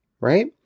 right